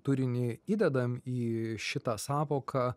turinį įdedam į šitą sąvoką